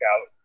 out